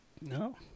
No